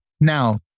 Now